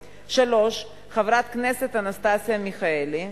3. חברת הכנסת אנסטסיה מיכאלי,